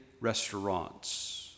restaurants